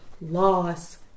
loss